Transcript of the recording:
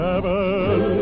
Heaven